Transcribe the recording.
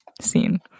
scene